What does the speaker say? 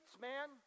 man